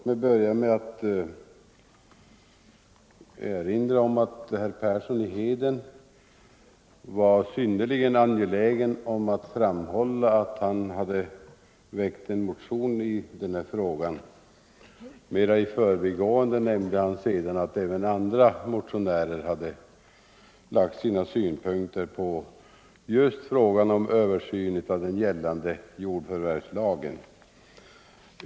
Fru talman! Herr Persson i Heden var synnerligen angelägen att framhålla att han hade väckt en motion i denna fråga, Mera i förbigående nämnde han sedan att även andra motionärer hade anlagt synpunkter på just frågan om översyn av den gällande jordförvärvslagen.